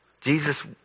Jesus